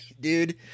dude